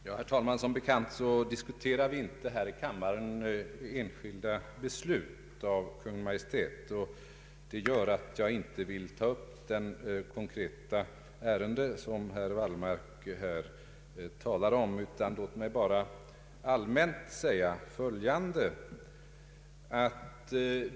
Herr talman! Som bekant diskuterar vi inte här i kammaren enskilda beslut av Kungl. Maj:t, och det gör att jag inte vill ta upp det konkreta ärende som herr Wallmark har talat om. Låt mig bara allmänt säga följande.